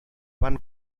van